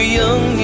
young